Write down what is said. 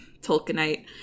Tolkienite